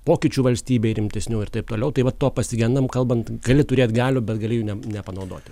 pokyčių valstybėj rimtesnių ir taip toliau tai va to pasigendam kalbant gali turėt galių bet gali jų ne nepanaudoti